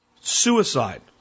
Suicide